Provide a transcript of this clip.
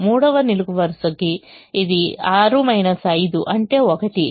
మూడవ నిలువు వరుసకు ఇది 6 5 అంటే 1